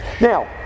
Now